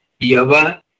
Yava